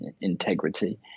integrity